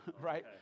right